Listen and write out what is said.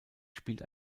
spielt